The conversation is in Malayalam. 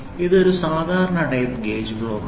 ഇതൊരു സാധാരണ സ്ലിപ്പ് ഗേജ് ബ്ലോക്കാണ്